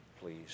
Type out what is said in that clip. please